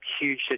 huge